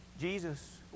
Jesus